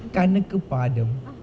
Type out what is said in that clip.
கணக்கு பாடம்:kanakku paadam